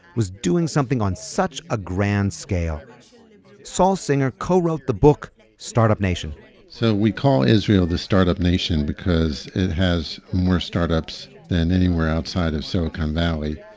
was doing something on such a grand scale saul singer co-wrote the book start-up nation so we call israel the startup nation because it has more startups than anywhere outside of silicon valley.